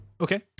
Okay